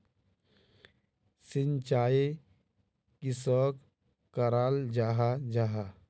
सिंचाई किसोक कराल जाहा जाहा?